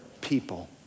people